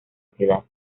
ciudad